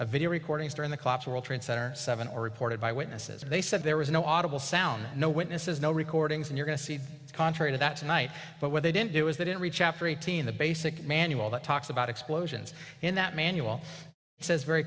a video recordings during the collapse world trade center seven or reported by witnesses and they said there was no audible sound no witnesses no recordings and you're going to see contrary to that tonight but what they didn't do is they didn't reach after eighteen the basic manual that talks about explosions in that manual says very